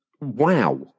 Wow